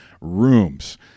rooms